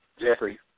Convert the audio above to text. Jeffrey